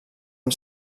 amb